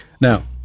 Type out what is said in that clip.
Now